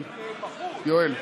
יואל,